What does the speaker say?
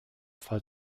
fall